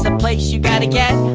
and play that again.